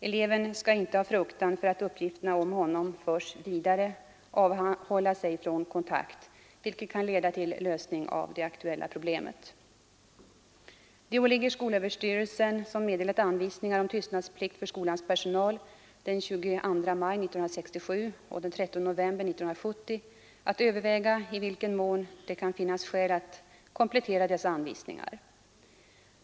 Eleven skall inte av fruktan för att uppgifter om honom förs vidare avhålla sig från kontakt, vilken kan leda till lösning av det aktuella problemet. Det åligger skolöverstyrelsen, som meddelat anvisningar om tystnadsplikt för skolans personal den 22 maj 1967 och den 13 november 1970, att överväga i vilken mån det kan finnas skäl att komplettera dessa anvisningar.